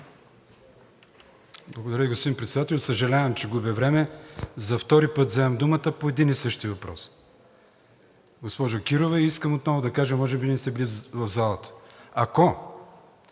Благодаря Ви, господин Председател. Съжалявам, че губя времето, за втори път вземам думата по един и същи въпрос. Госпожо Кирова, искам отново да кажа, може би не сте били в залата. Ако